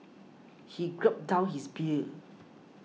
he gulped down his beer